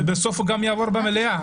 ובסוף הוא יעבור במליאה.